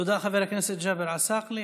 תודה, חבר הכנסת ג'אבר עסאקלה.